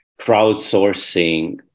crowdsourcing